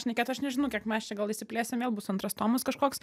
šnekėt aš nežinau kiek mes čia gal išsiplėsim vėl bus antras tomas kažkoks